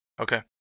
okay